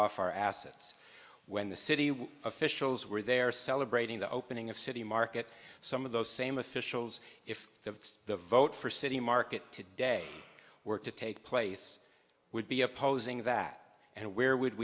off our assets when the city officials were there celebrating the opening of city market some of those same officials if the vote for city market today were to take place would be opposing that and where would